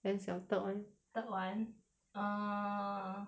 then is your third [one] third [one] err